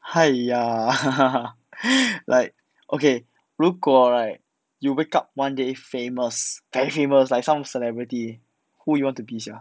!haiya! like okay 如果 right you wake up one day famous okay famous like some celebrity who you want to be sia